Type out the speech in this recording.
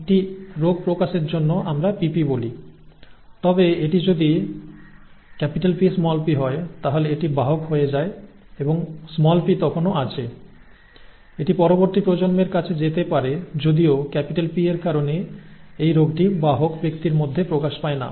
এটি নিয়মিত উত্তরাধিকারসূত্রে প্রাপ্ত বৈশিষ্ট্যের জন্য সত্য যদি উভয়ই ছোট হওয়ার দরকার হয় ধরে নেয়া যাক একটি রোগ প্রকাশের জন্য আমরা pp বলি তবে এটি যদি Pp হয় তাহলে এটি বাহক হয়ে যায় p তখনও আছে এটি পরবর্তী প্রজন্মের কাছে যেতে পারে যদিও P এর কারণে এই রোগটি বাহক ব্যক্তির মধ্যে প্রকাশ পায় না